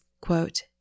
quote